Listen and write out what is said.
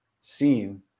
seen